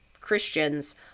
Christians